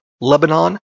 Lebanon